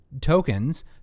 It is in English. tokens